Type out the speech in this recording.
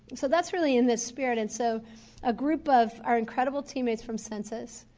so that's really in this spirit and so a group of our incredible teammates from census,